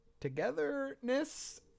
togetherness